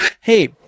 Hey